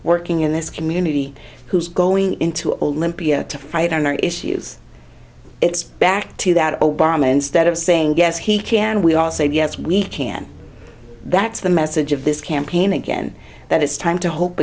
working in this community who's going into olympia to fight on our issues it's back to that obama instead of saying yes he can we all say yes we can that's the message of this campaign again that it's time to hope